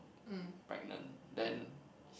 pregnant then he